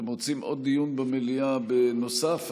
אתם רוצים עוד דיון במליאה, בנוסף?